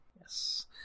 Yes